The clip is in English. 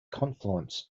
confluence